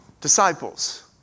Disciples